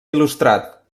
il·lustrat